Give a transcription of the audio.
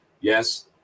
Yes